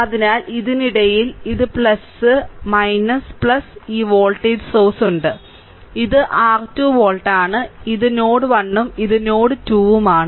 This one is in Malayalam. അതിനാൽ ഇതിനിടയിൽ ഇത് ഉണ്ട് ഈ വോൾട്ടേജ് സോഴ്സ് ഉണ്ട് ഇത് r 2 വോൾട്ട് ആണ് ഇത് നോഡ് 1 ഉം ഇത് നോഡ് 2 ഉം ആണ്